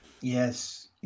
Yes